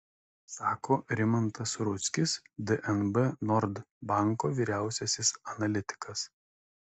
sako rimantas rudzkis dnb nord banko vyriausiasis analitikas